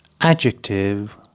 Adjective